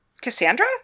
Cassandra